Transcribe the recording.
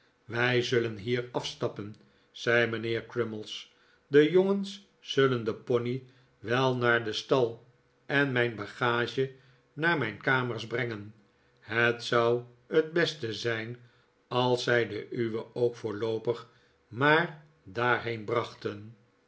wij zullen hier af stappen zei mijnheer crummies de jongens zullen den pony wel naar den stal en mijn bagage naar mijn kamers brengen het zou t beste zijn als zij de uwe ook voorloopig maar daarheen brachten